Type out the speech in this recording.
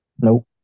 Nope